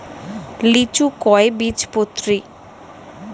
লিচু কয় বীজপত্রী?